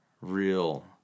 real